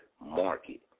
market